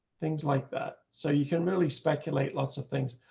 things like that. so you can really speculate lots of things.